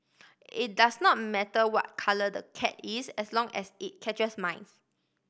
it does not matter what colour the cat is as long as it catches mice